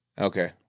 Okay